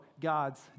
God's